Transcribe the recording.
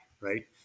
right